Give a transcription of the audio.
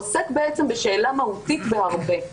עוסק בעצם בשאלה מהותית בהרבה.